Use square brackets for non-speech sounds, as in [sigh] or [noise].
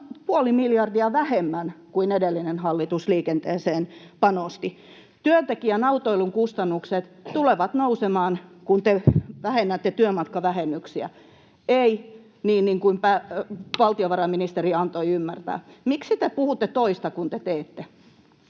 puoli miljardia vähemmän kuin edellinen hallitus liikenteeseen panosti. Työntekijän autoilun kustannukset tulevat nousemaan, kun te vähennätte työmatkavähennyksiä — ei niin kuin [noise] valtiovarainministeri antoi ymmärtää. Miksi te puhutte toista kuin mitä te teette?